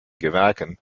gewerken